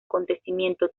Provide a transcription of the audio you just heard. acontecimiento